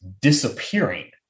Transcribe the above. disappearing